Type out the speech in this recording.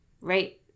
right